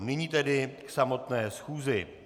Nyní tedy k samotné schůzi.